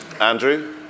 Andrew